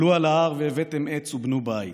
עלו ההר והבאתם עץ ובנו הבית"